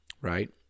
right